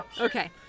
Okay